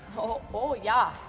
oh, ja.